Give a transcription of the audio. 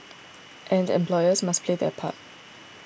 and employers must play their part